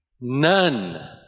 None